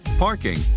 parking